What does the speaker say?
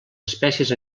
espècies